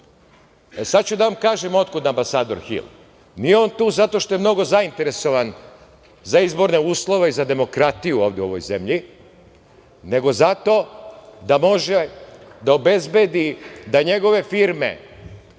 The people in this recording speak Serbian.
ću da vam kažem otkud ambasador Hil? Nije on tu zato što je mnogo zainteresovan za izborne uslove i za demokratiju ovde u ovoj zemlji, nego zato da može da obezbedi da njegove firme,